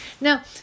Now